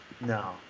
No